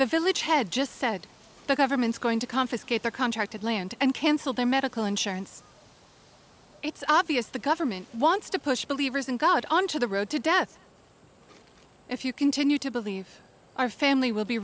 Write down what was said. the village head just said the government's going to confiscate their contracted land and cancel their medical insurance it's obvious the government wants to push believers in god onto the road to death if you continue to believe our family will be